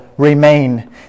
Remain